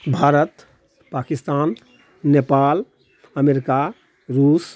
Bharat Pakistan Nepal America रूस